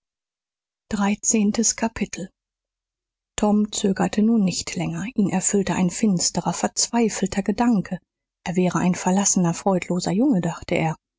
dreizehntes kapitel tom zögerte nun nicht länger ihn erfüllte ein finsterer verzweifelter gedanke er wäre ein verlassener freundloser junge dachte er